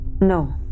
No